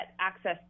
access